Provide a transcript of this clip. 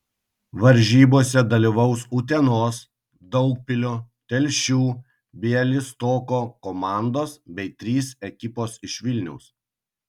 varžybose dalyvaus utenos daugpilio telšių bialystoko komandos bei trys ekipos iš vilniaus